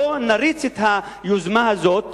בוא נריץ את היוזמה הזאת,